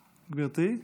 גברתי,